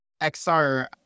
XR